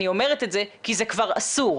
אני אומרת את זה כי זה כבר אסור,